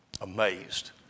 amazed